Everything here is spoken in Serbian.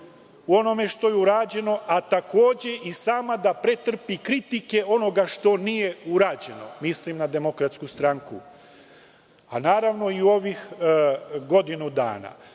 u onome što je urađeno, a takođe, i sama da pretrpi kritike od onoga što nije urađeno, mislim na DS, a naravno i u ovih godinu dana. Prema